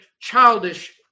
childish